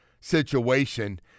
situation